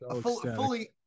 Fully